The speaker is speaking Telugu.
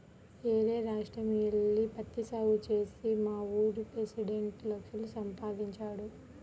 యేరే రాష్ట్రం యెల్లి పత్తి సాగు చేసి మావూరి పెసిడెంట్ లక్షలు సంపాదించాడు